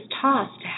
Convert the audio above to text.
tossed